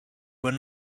were